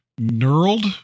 knurled